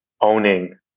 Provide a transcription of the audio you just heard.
owning